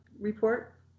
report